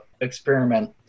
experiment